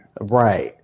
Right